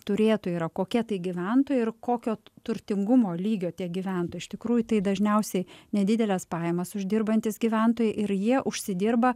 turėtojai yra kokie tai gyventojai ir kokio turtingumo lygio tie gyventojai iš tikrųjų tai dažniausiai nedideles pajamas uždirbantys gyventojai ir jie užsidirba